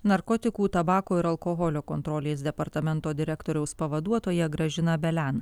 narkotikų tabako ir alkoholio kontrolės departamento direktoriaus pavaduotoja gražina belen